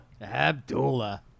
Abdullah